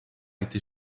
été